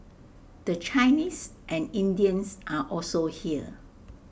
the Chinese and Indians are also here